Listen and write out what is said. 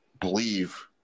believe